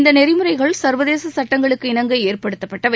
இந்த நெறிமுறைகள் சா்வதேச சட்டங்களுக்கு இணங்க ஏற்படுத்தப்பட்டவை